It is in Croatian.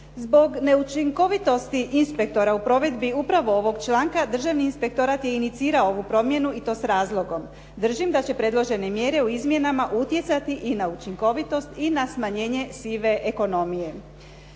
Zbog neučinkovitosti inspektora u provedbi upravo ovog članka Državni inspektorat je iniciramo ovu promjenu i to s razlogom. Držim da će predložene mjere u izmjenama utjecati i na učinkovitost i na smanjenje sive ekonomije.